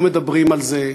לא מדברים על זה,